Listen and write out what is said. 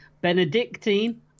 Benedictine